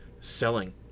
selling